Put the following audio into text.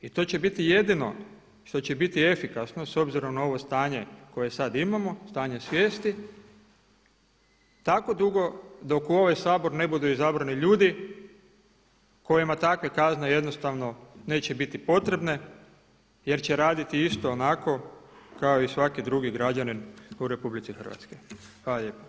I to će biti jedino što će biti efikasno s obzirom na ovo stanje koje sad imamo, stanje svijesti tako dugo dok u ovaj Sabor ne budu izabrani ljudi kojima takve kazne jednostavno neće biti potrebne jer će raditi isto onako kao i svaki drugi građanin u RH.